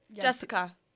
Jessica